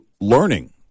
learning